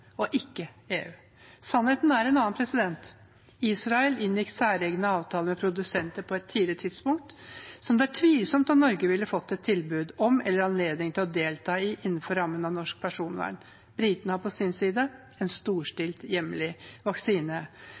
og ikke med EU. Sannheten er en annen. Israel inngikk særegne avtaler med produsenter på et tidlig tidspunkt, som det er tvilsomt om Norge ville fått tilbud om eller anledning til å delta i, innenfor rammene av norsk personvern. Britene på sin side har en storstilt hjemlig